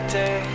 day